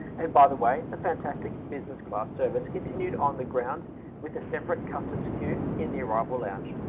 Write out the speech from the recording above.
and by the way the fantastic business class service continued on the ground with a separate customs queue in the arrival lounge.